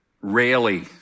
Rarely